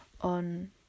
on